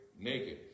naked